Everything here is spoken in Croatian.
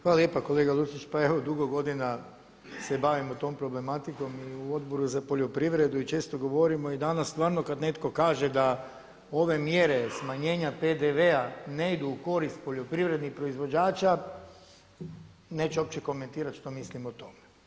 Hvala lijepa kolega Lucić, pa evo dugo godina se bavimo tom problematikom i u Odboru za poljoprivredu i često govorimo i danas stvarno kada netko kaže da ove mjere smanjenja PDV-a ne idu u korist poljoprivrednih proizvođača, neću uopće komentirati što mislim o tome.